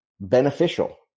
beneficial